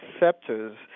receptors